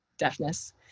Deafness